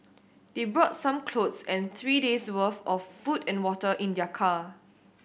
they brought some clothes and three days worth of food and water in their car